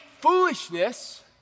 foolishness